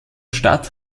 stadt